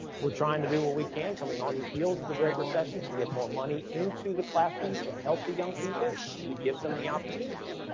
we're trying to do what we can, coming on the heels of the great recession, to get more money into the classroom to help the young people and to give them the opportunities.